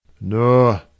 No